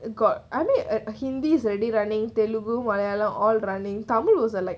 got I mean uh uh hindi is already running telugu malayalam all running tamil was like